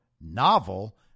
novel